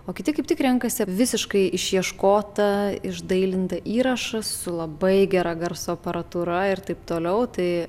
o kiti kaip tik renkasi visiškai išieškotą išdailintą įrašą su labai gera garso aparatūra ir taip toliau tai